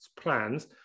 plans